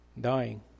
dying